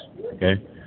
okay